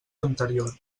anterior